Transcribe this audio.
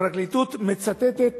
הפרקליטות מצטטת,